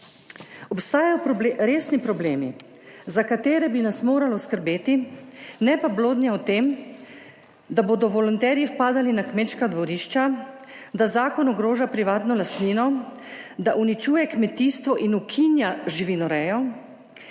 Obstajajo resni problemi, za katere bi nas moralo skrbeti, ne pa blodnje o tem, da bodo volonterji vpadali na kmečka dvorišča, da zakon ogroža privatno lastnino, da uničuje kmetijstvo in ukinja živinorejo,